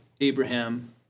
Abraham